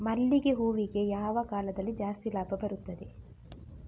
ಮಲ್ಲಿಗೆ ಹೂವಿಗೆ ಯಾವ ಕಾಲದಲ್ಲಿ ಜಾಸ್ತಿ ಲಾಭ ಬರುತ್ತದೆ?